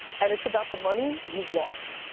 and it's about the money, you've lost.